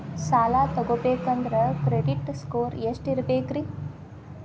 ಸಾಲ ತಗೋಬೇಕಂದ್ರ credit score ಎಷ್ಟ ಇರಬೇಕ್ರಿ?